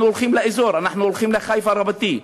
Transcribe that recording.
אנחנו הולכים לאזור, אנחנו הולכים לחיפה רבתי.